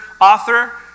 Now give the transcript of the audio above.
author